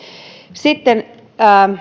sitten